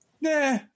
Nah